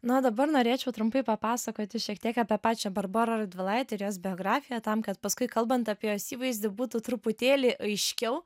nu o dabar norėčiau trumpai papasakoti šiek tiek apie pačią barborą radvilaitę ir jos biografiją tam kad paskui kalbant apie jos įvaizdį būtų truputėlį aiškiau